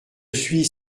suis